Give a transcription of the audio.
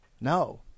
No